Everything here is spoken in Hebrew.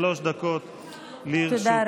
שלוש דקות לרשותך.